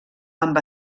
amb